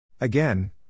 Again